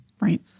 Right